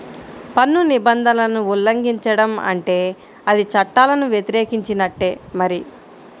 పన్ను నిబంధనలను ఉల్లంఘించడం అంటే అది చట్టాలను వ్యతిరేకించినట్టే మరి